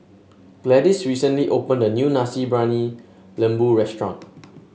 Gladis recently opened a new Nasi Briyani Lembu restaurant